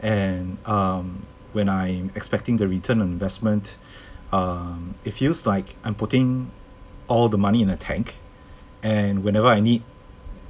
and um when I expecting the return of investment um it feels like I'm putting all the money in a tank and whenever I need